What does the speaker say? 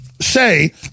say